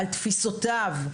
על תפיסותיו,